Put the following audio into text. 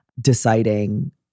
deciding